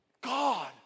God